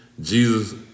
Jesus